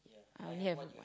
I only have one